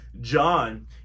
John